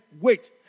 wait